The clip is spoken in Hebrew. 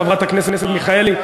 חברת הכנסת מיכאלי,